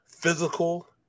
physical